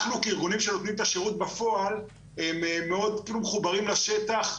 אנחנו כארגונים שנותנים את השירות בפועל מאוד מחוברים לשטח,